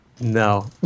No